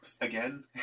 again